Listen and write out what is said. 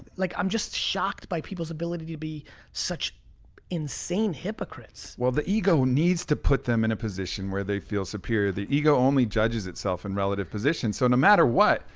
like i'm just shocked by people's ability to be such insane hypocrites. well, the ego needs to put them in a position where they feel superior. the ego only judges itself in relative position. so no matter what,